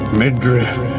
midriff